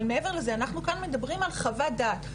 אבל מעבר לזה, אנחנו כאן מדברים על חוות דעת.